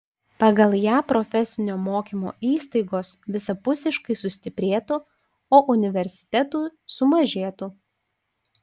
pagal ją profesinio mokymo įstaigos visapusiškai sustiprėtų o universitetų sumažėtų